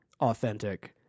authentic